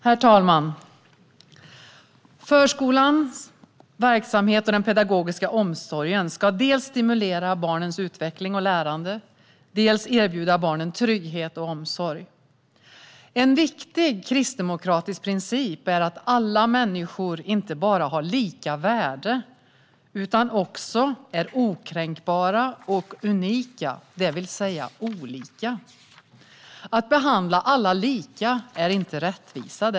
Herr talman! Förskolans verksamhet och den pedagogiska omsorgen ska dels stimulera barnens utveckling och lärande, dels erbjuda barnen trygghet och omsorg. En viktig kristdemokratisk princip är att alla människor inte bara har lika värde utan också är okränkbara och unika, det vill säga olika. Att alla behandlas lika innebär därmed inte rättvisa.